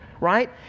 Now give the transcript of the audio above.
right